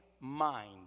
mind